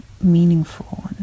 meaningful